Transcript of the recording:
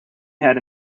ahead